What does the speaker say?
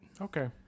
Okay